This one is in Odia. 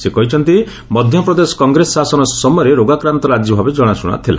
ସେ କହିଛନ୍ତି ମଧ୍ୟପ୍ରଦେଶ କଂଗ୍ରେସ ଶାସନ ସମୟରେ ରୋଗାକାନ୍ତ ରାଜ୍ୟ ଭାବେ ଜଣାଶ୍ରଣା ଥିଲା